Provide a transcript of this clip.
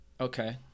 Okay